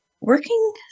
working